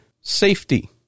safety